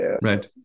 Right